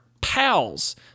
pals